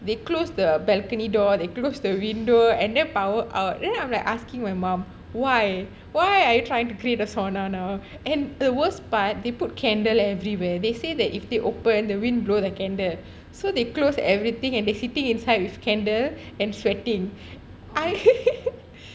they closed the balcony door they close the window and then power out then I'm like asking my mom why why are you trying to create a sauna now and the worst part they put candle everywhere they say that if they open the wind blow the candle so they closed everything and they sitting inside with candle and sweating I tsk tsk tsk